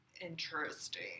interesting